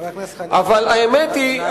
אבל האמת היא,